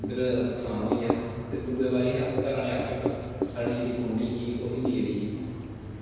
फिर नुकसान होई गेआ ते दूऐ बारी घरें आह्लें आखेआ ते साढ़ी जेह्ड़ी घूंडी ही ओह् हिल्ली गेदी ही